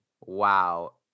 Wow